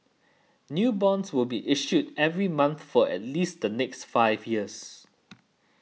new bonds will be issued every month for at least the next five years